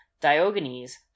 Diogenes